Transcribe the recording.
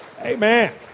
Amen